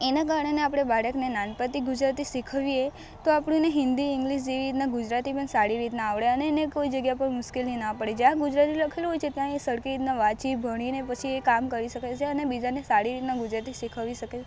એના કારણે આપણે બાળકને નાનપણથી ગુજરાતી શિખવીએ તો આપણને હિન્દી ઇંગ્લિશ જેવી રીતના ગુજરાતી પણ સારી રીતના આવડે અને એને કોઈ જગ્યા પર મુશ્કેલી ના પડે જ્યાં ગુજરાતી લખેલું હોય છે તે કી સરખી રીતના વાતચીત ભણીને પછી એ કામ કરી શકે છે અને બીજાને સારી રીતના ગુજરાતી શીખવી શકે છે